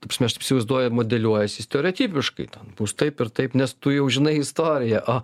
ta prasme aš įsivaizduoju modeliuojasi stereotipiškai ten bus taip ir taip nes tu jau žinai istoriją o